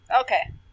Okay